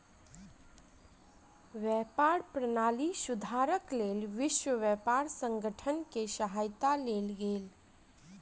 व्यापार प्रणाली सुधारक लेल विश्व व्यापार संगठन के सहायता लेल गेल